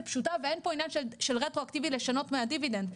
פשוטה ואין פה עניין של רטרואקטיבי לשנות מהדיבידנד.